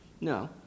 No